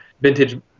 vintage